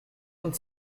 und